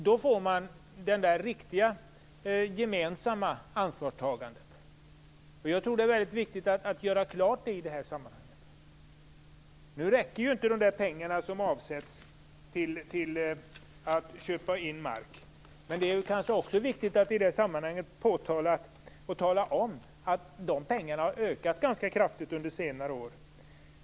Då får man det riktiga gemensamma ansvarstagandet. Det är viktigt att göra klart det i det här sammanhanget. Nu räcker inte de pengar som avsätts till att köpa in mark, men det kanske också är viktigt att i det sammanhanget tala om att de pengarna har ökat ganska kraftigt under senare år.